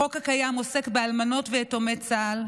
החוק הקיים עוסק באלמנות ויתומי צה"ל,